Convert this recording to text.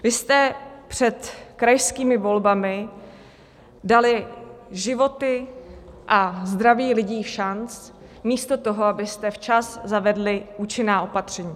Vy jste před krajskými volbami dali životy a zdraví lidí všanc místo toho, abyste včas zavedli účinná opatření.